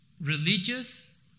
religious